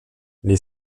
les